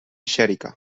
xèrica